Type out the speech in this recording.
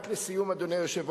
רק לסיום, אדוני היושב-ראש,